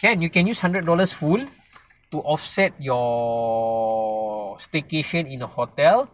can you can use hundred dollars full to offset your staycation in a hotel